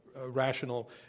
rational